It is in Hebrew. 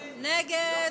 נגמר.